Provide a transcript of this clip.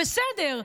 בסדר,